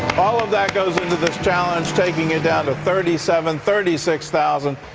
all of that goes into the challenge, taking it down to thirty seven, thirty six thousand.